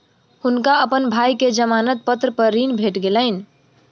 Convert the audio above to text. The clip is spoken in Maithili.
हुनका अपन भाई के जमानत पत्र पर ऋण भेट गेलैन